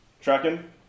Tracking